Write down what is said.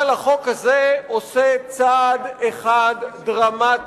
אבל החוק הזה עושה צעד אחד דרמטי